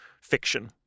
fiction